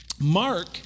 Mark